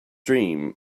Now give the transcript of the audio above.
dream